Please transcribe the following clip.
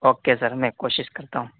okay sir میں کوشش کرتا ہوں